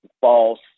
false